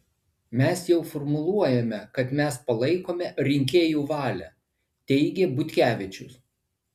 mes sau formuluojame kad mes palaikome rinkėjų valią teigė butkevičius